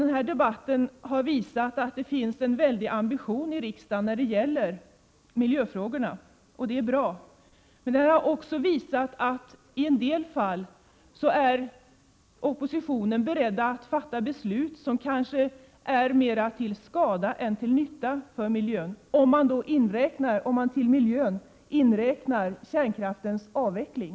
Den här debatten har visat att det finns en mycket stor ambition i riksdagen när det gäller miljöfrågorna, och det är bra. Men debatten har också visat att oppositionen i en del fall är beredd att fatta beslut som kanske är mer till skada än till nytta för miljön, om man till miljön inräknar kärnkraftens avveckling.